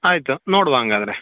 ಆಯಿತು ನೋಡುವ ಹಂಗಾದ್ರೆ